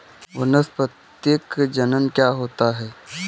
वानस्पतिक जनन क्या होता है?